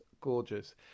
gorgeous